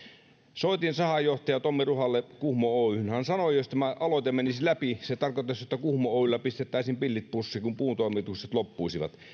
soitin sahanjohtaja tommi ruhalle kuhmo oyhyn hän sanoi että jos tämä aloite menisi läpi se tarkoittaisi että kuhmo oyllä pistettäisiin pillit pussiin kun puuntoimitukset loppuisivat